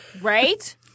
Right